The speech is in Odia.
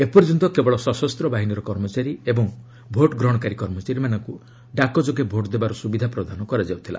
ଏପର୍ଯ୍ୟନ୍ତ କେବଳ ସଶସ୍ତ ବାହିନୀର କର୍ମଚାରୀ ଓ ଭୋଟ୍ ଗ୍ରହଣକାରୀ କର୍ମଚାରୀଙ୍କୁ ଡାକ ଯୋଗେ ଭୋଟ୍ ଦେବାର ସୁବିଧା ପ୍ରଦାନ କରାଯାଉଥିଲା